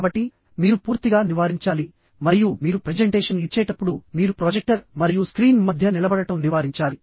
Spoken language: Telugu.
కాబట్టి మీరు పూర్తిగా నివారించాలి మరియు మీరు ప్రెజెంటేషన్ ఇచ్చేటప్పుడు మీరు ప్రొజెక్టర్ మరియు స్క్రీన్ మధ్య నిలబడటం నివారించాలి